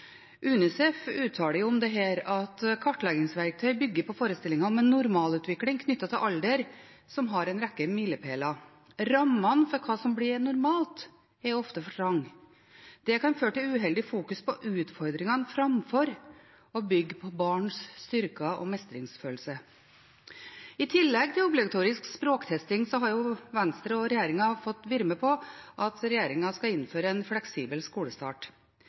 UNICEF uttaler om dette at kartleggingsverktøy bygger på forestillingen om en normalutvikling knyttet til alder som har en rekke milepæler. Rammene for hva som blir normalt, er ofte for trange. Det kan føre til uheldig fokus på utfordringene framfor å bygge på barns styrker og mestringsfølelse. I tillegg til obligatorisk språktesting har Venstre i regjering fått være med på at regjeringen skal innføre en fleksibel skolestart.